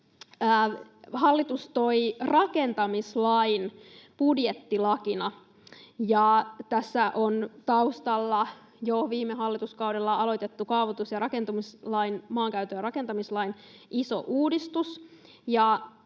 Hallitus toi rakentamislain budjettilakina, ja tässä on taustalla jo viime hallituskaudella aloitettu maankäyttö- ja rakentamislain iso uudistus.